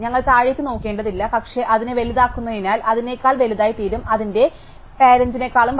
ഞങ്ങൾ താഴേക്ക് നോക്കേണ്ടതില്ല പക്ഷേ ഞങ്ങൾ അതിനെ വലുതാക്കുന്നതിനാൽ അതിനെക്കാൾ വലുതായിത്തീരും അതിന്റെ പേരെന്റെകാലും വാസ്തവത്തിൽ